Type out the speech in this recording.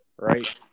right